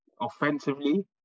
offensively